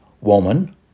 Woman